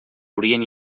orient